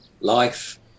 Life